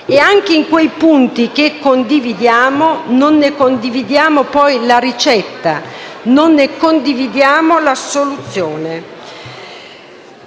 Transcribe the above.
E, anche in quei punti che condividiamo, non ne condividiamo poi la ricetta, non ne condividiamo la soluzione.